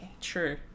True